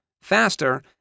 faster